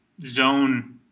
zone